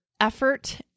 effort